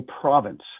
province